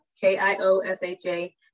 K-I-O-S-H-A